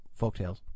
folktales